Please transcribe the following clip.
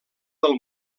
del